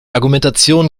argumentation